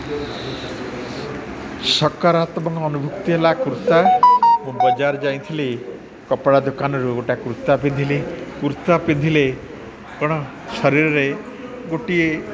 ସକାରାତ୍ମକ ଅନୁଭୁକ୍ତି ହେଲା କୁର୍ତ୍ତା ମୁଁ ବଜାର ଯାଇଥିଲି କପଡ଼ା ଦୋକାନରୁ ଗୋଟେ କୁର୍ତ୍ତା ପିନ୍ଧିଲି କୁର୍ତ୍ତା ପିନ୍ଧିଲେ କଣ ଶରୀରରେ ଗୋଟିଏ